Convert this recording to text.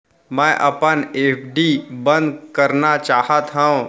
मै अपन एफ.डी बंद करना चाहात हव